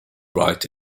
bright